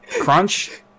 crunch